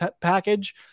package